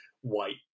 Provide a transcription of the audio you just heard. white